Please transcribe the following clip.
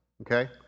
Okay